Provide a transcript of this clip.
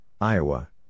Iowa